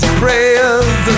prayers